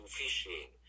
fishing